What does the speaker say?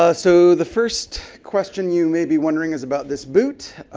ah so the first question you may be wondering is about this boot.